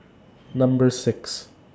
Number six